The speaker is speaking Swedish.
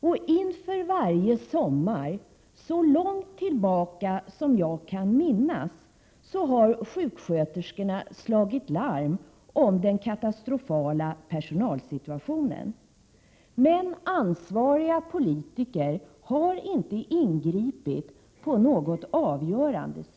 Och inför varje sommar — så långt tillbaka 37 som jag kan minnas — har sjuksköterskorna slagit larm om den katastrofala personalsituationen. Men ansvariga politiker har inte ingripit på något avgörande sätt.